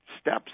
steps